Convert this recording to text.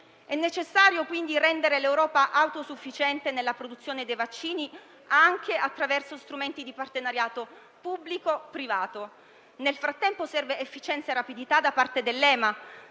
necessario rendere l'Europa autosufficiente nella produzione dei vaccini, anche attraverso strumenti di partenariato tra pubblico e privato. Nel frattempo servono efficienza e rapidità da parte dell'EMA